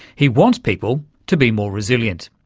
he wants people to be more resilient,